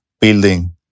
building